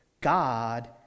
God